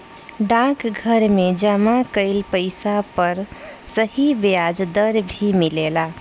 डाकघर में जमा कइल पइसा पर सही ब्याज दर भी मिलेला